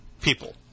people